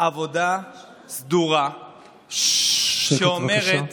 עבודה סדורה שאומרת,